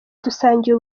dusangiye